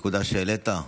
נקודה שהעלית,